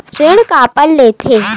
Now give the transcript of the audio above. ऋण काबर लेथे?